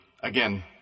Again